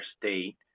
state